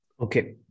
Okay